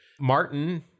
Martin